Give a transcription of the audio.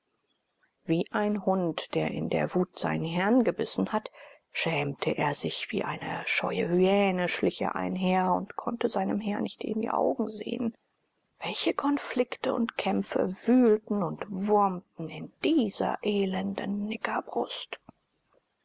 wie ein hund der in der wut seinen herrn gebissen hat schämte er sich wie eine scheue hyäne schlich er einher und konnte seinem herrn nicht in die augen sehen welche konflikte und kämpfe wühlten und wurmten in dieser elenden